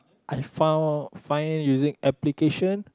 I found find using application